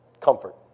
Comfort